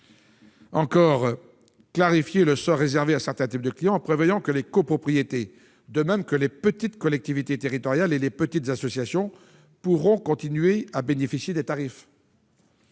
il faut clarifier le sort réservé à certains types de clients, en prévoyant que les copropriétés, de même que les petites collectivités territoriales et les petites associations, pourront continuer à bénéficier des tarifs.